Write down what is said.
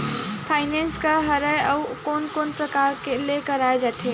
Finance का हरय आऊ कोन कोन प्रकार ले कराये जाथे?